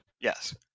Yes